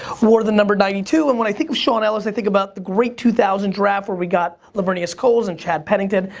wore the number ninety two. and when i think of shaun ellis, i think about the great two thousand draft where we got laveranues coles, and chad pennington,